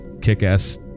kick-ass